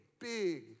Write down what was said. big